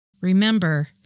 Remember